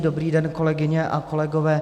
Dobrý den, kolegyně a kolegové.